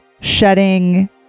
shedding